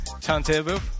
Turntable